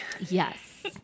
Yes